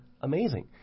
amazing